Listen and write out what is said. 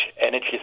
energy